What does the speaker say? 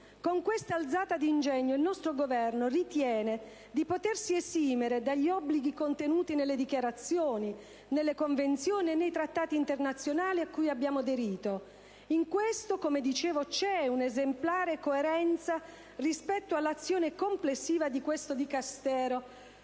Con questa alzata di ingegno il nostro Governo ritiene di potersi esimere dagli obblighi contenuti nelle dichiarazioni, nelle Convenzioni e nei Trattati internazionali cui abbiamo aderito. In questo, come dicevo, c'è un'esemplare coerenza rispetto all'azione complessiva di questo Dicastero